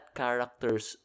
character's